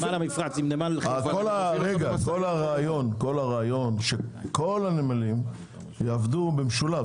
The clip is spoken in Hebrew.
כל הרעיון, שכל הנמלים יעבדו במשולב.